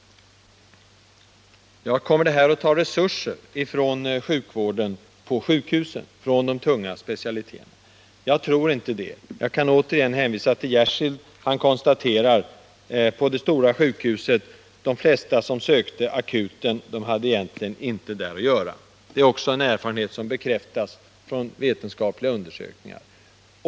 Kommer det här systemet att ta resurser från de tunga specialiteterna på sjukhusen? Jag tror inte det. Jag kan återigen hänvisa till P.C. Jersild. Han konstaterar att de flesta som kom till akutmottagningen på det stora sjukhuset inte hade där att göra. Det är en erfarenhet som bekräftas av vetenskapliga undersökningar.